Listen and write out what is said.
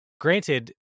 granted